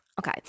Okay